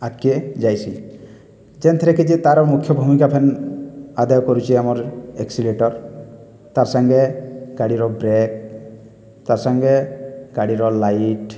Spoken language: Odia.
ଆଗକୁ ଯାଇସି ଯେଉଁଥିରେକି ଯିଏ ତା'ର ମୁଖ୍ୟ ଭୂମିକା ଫେନ୍ ଆଦାୟ କରୁଛି ଆମର ଆକ୍ସିଲେରେଟର ତା'ର ସାଙ୍ଗେ ଗାଡ଼ିର ବ୍ରେକ୍ ତା'ର ସାଙ୍ଗେ ଗାଡ଼ିର ଲାଇଟ୍